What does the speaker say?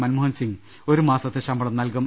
മൻമോഹൻ സിംഗ് ഒരുമാസത്തെ ശമ്പളം നൽകും